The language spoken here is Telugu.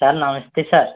sir namaste sir